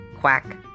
quack